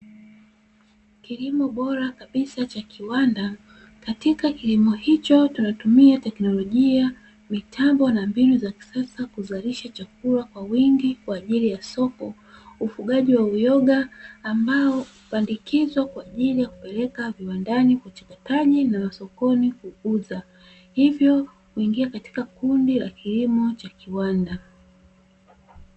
Kilimo bora kabisa cha kiwanda, katika kilimo hicho tunanatumia teknolojia, mitambo na mbinu za kisasa kuzalisha chakula kwa wingi kwaajili ya soko, ufugaji wa uyoga ambao hupandikizwa kwaajili ya kupeleka viwandani kwa uchakataji na masokoni kuuza, hivyo huingia katika kilimo cha kiwanda.